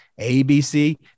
ABC